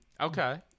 Okay